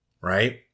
right